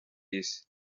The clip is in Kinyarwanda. isi